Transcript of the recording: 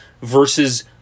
versus